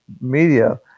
media